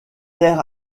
terres